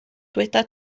dyweda